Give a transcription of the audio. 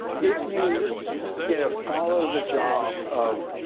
if you you know follow the job of